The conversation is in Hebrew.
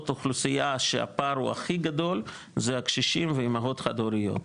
אוכלוסיות שהפער הוא הכי גדול זה הקשישים ואימהות חד הוריות,